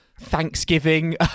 Thanksgiving